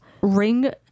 ring